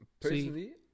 Personally